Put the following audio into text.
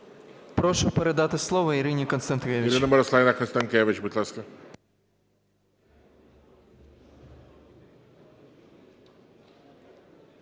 Прошу передати слово Ірині Констанкевич.